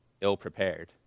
ill-prepared